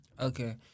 Okay